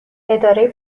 اداره